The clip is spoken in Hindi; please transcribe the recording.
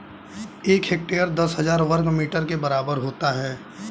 एक हेक्टेयर दस हजार वर्ग मीटर के बराबर होता है